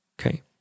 Okay